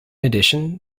addition